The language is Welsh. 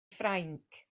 ffrainc